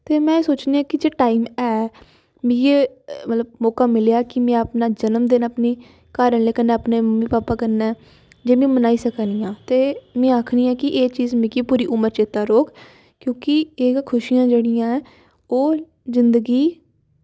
ते में सोचनी आं कि जे टाईम ऐ मिगी मौका मिलेआ की में अपना जनम दिन घर आह्लें कन्नै अपनी मम्मी भापा कन्नै जनम दिन मनाई सकनी आं ते में आक्खनी आं की एह् चीज मिगी पूरी उमर चेता रौह्ग ओह् जिंदगी